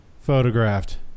Photographed